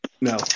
No